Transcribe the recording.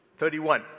31